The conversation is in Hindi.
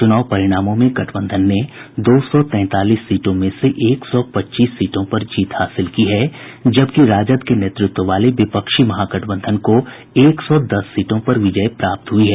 चुनाव परिणामों में गठबंधन ने दो सौ तैंतालीस सीटों में से एक सौ पच्चीस सीटों पर जीत हासिल की है जबकि राजद के नेतृत्व वाले विपक्षी महागठबंधन को एक सौ दस सीटों पर विजय प्राप्त हुई है